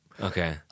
Okay